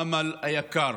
אמל היקר,